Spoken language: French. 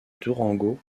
durango